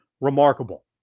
remarkable